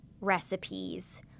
recipes